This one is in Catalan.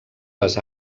les